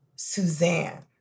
Suzanne